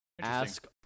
Ask